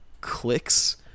clicks